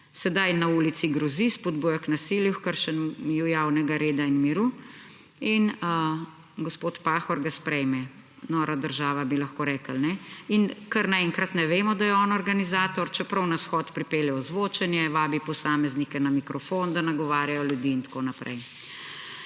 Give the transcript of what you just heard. Sedaj na ulici grozi, spodbuja k nasilju, h kršenju javnega reda in miru. In gospod Pahor ga sprejme. Nora država, bi lahko rekli, ne. In kar naenkrat ne vemo, da je on organizator, čeprav na shod pripelje ozvočenje, vabi posameznike na mikrofon, da nagovarjajo ljudi, in tako naprej.